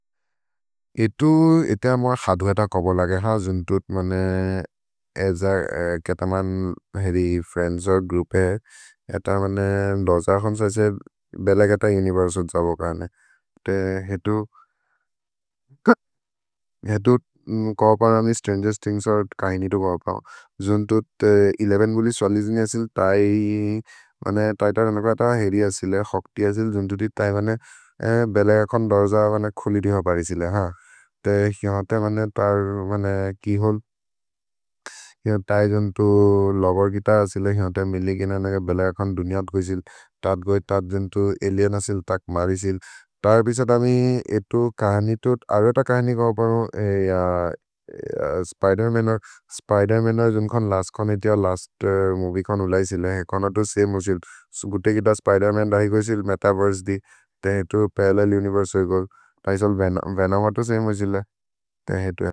इतु इते अ मुअ क्सधु एत कबो लगे ह, जुन्तुत् मने एज केतमन् हेरि फ्रिएन्द्स् और् ग्रोउप् हेर् एत मने दर्ज अखोन्स् ऐसे बेलेक त उनिवेर्सुम् त्सबो काने ते हेतु। हेतु कओपर् अमि स्त्रन्गेस्त् थिन्ग्स् और् कहिनि तो कओपम् जुन्तुत् बुलिस् जिन् एसिल्, तै। मने तैत रेनोक त हेरि एसिल् ए, क्सक्ति एसिल् जुन्तुति तै मने बेलेक् अखोन् दर्ज मने खुलि रि हो परिसिल् ए, ह ते ह्योन्ते मने तर् मने कि होल् तै जुन्तु लोगर् गितर् असिल् ए, ह्योन्ते मिल्लि गिननक् बेलेक् अखोन् दुनियत् कोइसिल् तत् गोइ, तत् जुन्तु अलिएन् असिल्, तक् मरिसिल् तर् पिसत् अमि एतु कहिनि तो। अरु एत कहिनि कओपम् स्पिदेर्-मन् और्। स्पिदेर्-मन् और् जुन्तुकोन् लस्त् चोमेद्य् और् लस्त् मोविए कोन् उल इसिल् ए कोन तो समे ओसिल् गुते कित स्पिदेर्-मन् रहि कोइसिल् मेतवेर्से दि ते हेतु परल्लेल् उनिवेर्से होइ कोन् त हि सोल् वेनोम् वेनोम् और् तो समे ओसिल् ए ते हेतु।